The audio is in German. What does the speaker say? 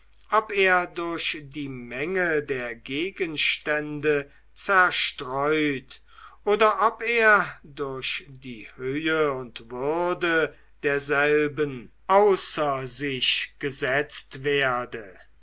ob er durch die menge der gegenstände zerstreut oder ob er durch die höhe und würde derselben außer sich gesetzt werde